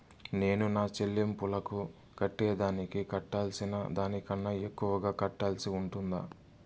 నేను నా సెల్లింపులకు కట్టేదానికి కట్టాల్సిన దానికన్నా ఎక్కువగా కట్టాల్సి ఉంటుందా?